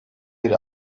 bir